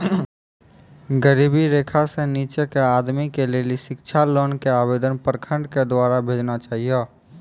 गरीबी रेखा से नीचे के आदमी के लेली शिक्षा लोन के आवेदन प्रखंड के द्वारा भेजना चाहियौ?